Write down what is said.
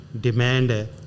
demand